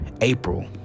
April